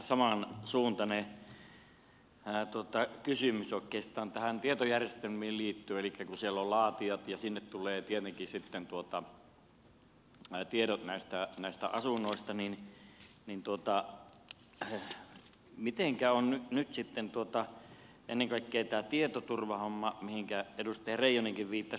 vähän samansuuntainen kysymys oikeastaan tietojärjestelmiin liittyen eli kun siellä on laatijat ja sinne tulee tietenkin sitten tiedot asunnoista niin mitenkä on nyt ennen kaikkea tämä tietoturvahomma mihinkä edustaja reijonenkin viittasi